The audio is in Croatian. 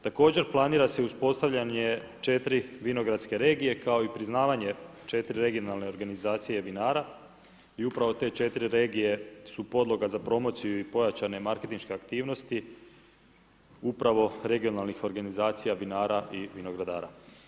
Također, planira se uspostavljanje 4 vinogradske regije kao i priznavanje 4 regionalne organizacije vinara i upravo te 4 regije su podloga za promociju i pojačane marketinške aktivnosti upravo regionalnih organizacija vinara i vinogradara.